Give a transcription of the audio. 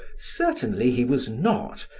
certainly he was not,